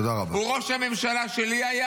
הוא היה ראש הממשלה שלי,